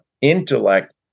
intellect